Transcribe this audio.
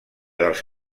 dels